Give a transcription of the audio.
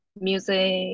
music